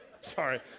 Sorry